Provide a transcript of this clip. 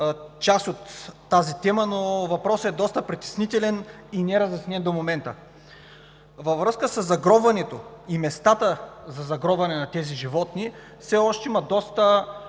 част от тази тема, но въпросът е много притеснителен и неразяснен до момента. Във връзка със загробването и местата за загробване на тези животни все още има доста